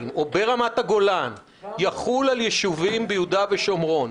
או ברמת הגולן יחול על יישובים ביהודה ושומרון.